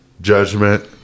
judgment